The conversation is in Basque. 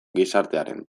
gizartearen